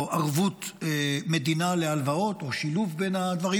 ערבות מדינה להלוואות או שילוב בין הדברים,